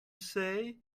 say